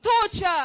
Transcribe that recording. torture